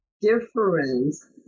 difference